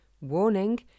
warning